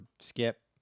skip